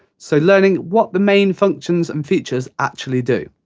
so learning what the main functions and features actually do.